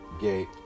gate